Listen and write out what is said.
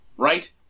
right